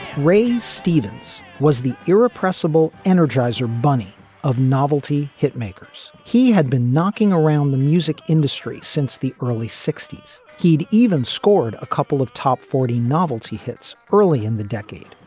ray stevens was the irrepressible energizer bunny of novelty. hitmakers. he had been knocking around the music industry since the early sixty s. he'd even scored a couple of top forty novelty hits early in the decade,